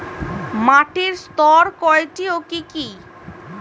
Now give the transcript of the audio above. মাটির স্তর কয়টি ও কি কি?